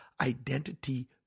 identity